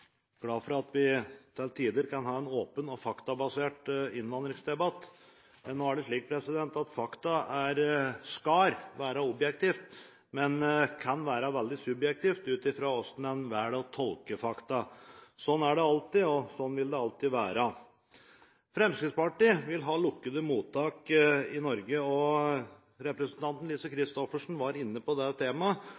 glad for at vi til tider kan ha en åpen og faktabasert innvandringsdebatt, men nå er det slik at fakta skal være objektive, men kan være veldig subjektive ut fra hvordan man velger å tolke dem. Sånn er det alltid, og sånn vil det alltid være. Fremskrittspartiet vil ha lukkede mottak i Norge, og representanten Lise